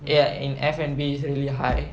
ya in F_N_B is really high